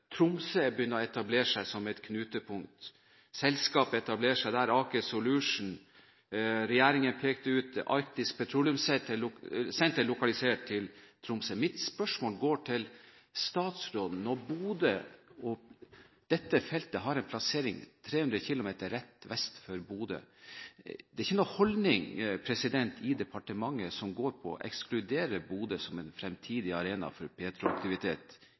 å etablere seg som et knutepunkt. Selskap etablerer seg der: Aker Solutions, og regjeringen pekte ut Tromsø som lokalisering for det arktiske petroleumssenteret. Mitt spørsmål går til statsråden og dreier seg om Bodø. Dette feltet har en plassering 300 km rett vest for Bodø. Det er ikke noen holdning i departementet som går på å ekskludere Bodø som en fremtidig arena for petroaktivitet